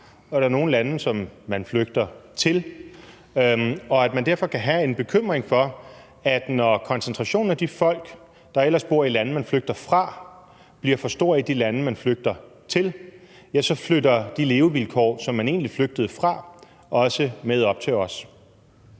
og nogle lande, som man flygter til, og at man derfor kan have en bekymring for, at når koncentrationen af de folk, der ellers bor i lande, man flygter fra, bliver for stor i de lande, man flygter til, så flytter de levevilkår, som man egentlig flygtede fra, også med op til os.